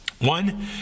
One